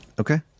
okay